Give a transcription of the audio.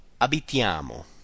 abitiamo